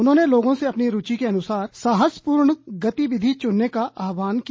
उन्होंने लोगों से अपनी रूचि के अनुसार साहसपूर्ण गतिविधि चुनने का आहवान किया